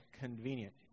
convenient